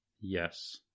Yes